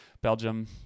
Belgium